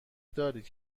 دارید